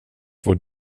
vår